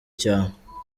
cyane